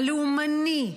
הלאומני,